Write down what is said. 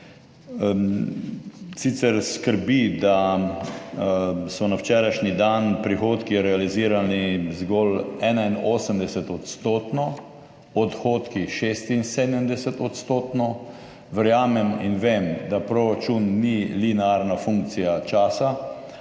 Sicer skrbi, da so na včerajšnji dan prihodki realizirani zgolj 81-odstotno, odhodki 76-odstotno. Verjamem in vem, da proračun ni linearna funkcija časa,